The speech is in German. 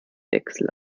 wechsel